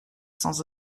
sans